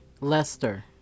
Lester